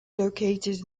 located